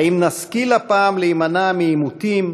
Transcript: האם נשכיל הפעם להימנע מעימותים,